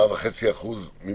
4.5% ממה?